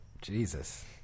jesus